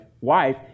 wife